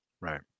Right